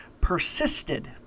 persisted